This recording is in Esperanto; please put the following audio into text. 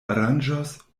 aranĝos